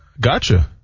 Gotcha